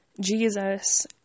Jesus